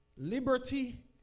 Liberty